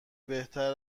بهتر